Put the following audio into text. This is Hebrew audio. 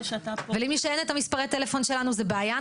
ולמי שאין את מספרי הטלפון שלנו זו בעיה,